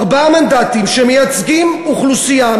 ארבעה מנדטים שמייצגים אוכלוסייה,